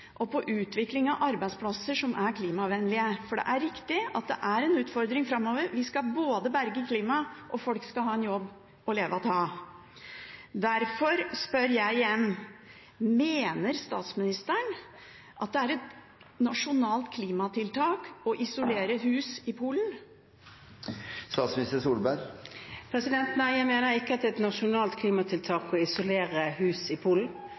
og på utvikling av arbeidsplasser som er klimavennlige. Det er riktig at det er en utfordring framover. Vi skal berge klimaet, og folk skal ha en jobb å leve av. Derfor spør jeg igjen: Mener statsministeren at det er et nasjonalt klimatiltak å isolere hus i Polen? Nei, jeg mener ikke at det er et nasjonalt klimatiltak å isolere hus i Polen.